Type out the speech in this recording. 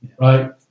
Right